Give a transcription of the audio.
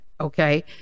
okay